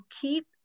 keep